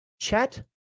chat